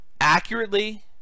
accurately